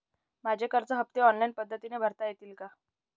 माझे कर्ज हफ्ते ऑनलाईन पद्धतीने भरता येतील का?